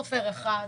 והוא סופר: אחת,